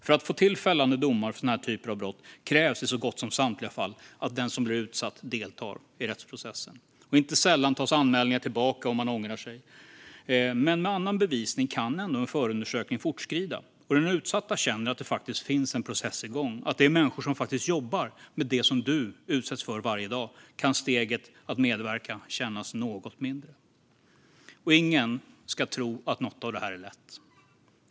För att få till fällande domar för sådana här brott krävs i så gott som samtliga fall att den som blir utsatt deltar i rättsprocessen. Inte sällan ångrar man sig, och anmälningar tas tillbaka. Men med annan bevisning kan ändå en förundersökning fortskrida, och när den utsatta känner att det faktiskt finns en process igång, att det är människor som faktiskt jobbar med det som du utsätts för varje dag, kan steget att medverka kännas något mindre. Ingen ska tro att något av detta är lätt.